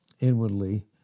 inwardly